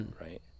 right